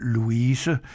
Louise